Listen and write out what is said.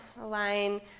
align